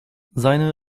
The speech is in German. seine